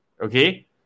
okay